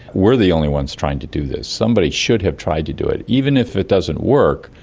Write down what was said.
we're the only ones trying to do this. somebody should have tried to do it, even if it doesn't work,